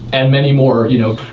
and many more, you know.